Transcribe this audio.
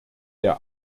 der